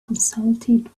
consulted